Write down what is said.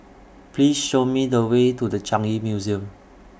Please Show Me The Way to The Changi Museum